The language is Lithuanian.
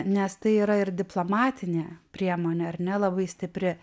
nes tai yra ir diplomatinė priemonė ar ne labai stipri